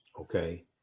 okay